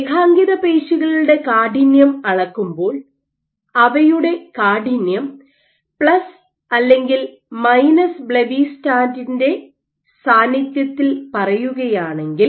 രേഖാങ്കിതപേശികളുടെ കാഠിന്യം അളക്കുമ്പോൾ അവയുടെ കാഠിന്യം പ്ലസ് മൈനസ് ബ്ലെബിസ്റ്റാറ്റിന്റെ plusminus blebbistatin സാന്നിധ്യത്തിൽ പറയുകയാണെങ്കിൽ